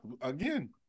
again